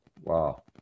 Wow